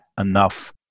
enough